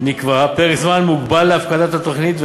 נקבע פרק זמן מוגבל להפקדת התוכנית,